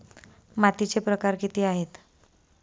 मातीचे प्रकार किती आहेत?